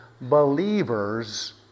believers